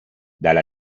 dallo